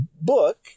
book